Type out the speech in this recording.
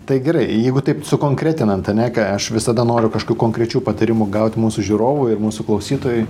tai gerai jeigu taip sukonkretinant ane ką aš visada noriu kažkokių konkrečių patarimų gaut mūsų žiūrovui ir mūsų klausytojui